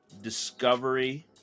discovery